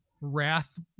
wrath